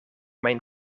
mijn